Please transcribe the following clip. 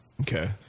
Okay